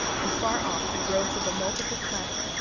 and far off the growth of a multiple clamour,